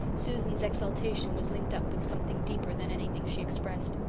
susan's exultation was linked up with something deeper than anything she expressed.